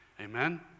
Amen